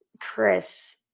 chris